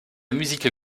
musique